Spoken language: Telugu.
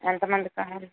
ఎంతమందికి అని